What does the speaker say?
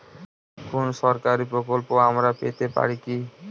কোন সরকারি প্রকল্প আমরা পেতে পারি কি?